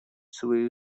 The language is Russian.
свои